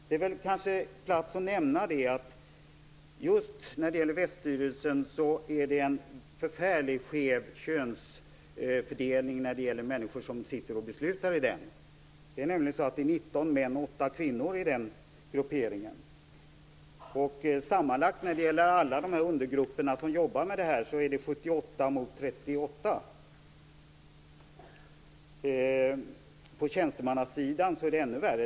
Det är väl på plats att nämna att just när det gäller väststyrelsen är könsfördelningen väldigt skev bland dem som beslutar i den. Det är nämligen 19 män och 8 kvinnor i den gruppen. Sammanlagt i de undergrupper som jobbar med detta är det 78 mot 38. På tjänstemannasidan är det ändå värre.